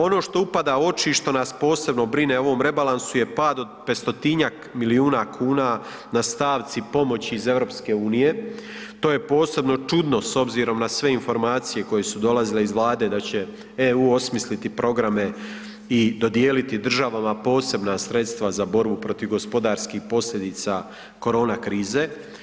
Ono što upada u oči i što nas posebno brine u ovom rebalansu je pad od 500-njak milijuna kuna na stavci pomoći iz EU, to je posebno čudno s obzirom na sve informacije koje su dolazile iz Vlade da će EU osmisliti programe i dodijeliti državama posebna sredstva za borbu protiv gospodarskih posljedica korona krize.